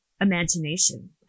imagination